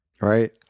Right